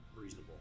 reasonable